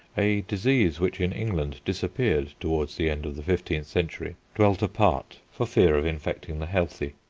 a disease which in england disappeared toward the end of the fifteenth century, dwelt apart for fear of infecting the healthy.